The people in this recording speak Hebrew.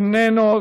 איננו,